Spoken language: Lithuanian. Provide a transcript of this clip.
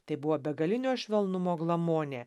tai buvo begalinio švelnumo glamonė